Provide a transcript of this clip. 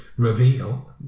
Reveal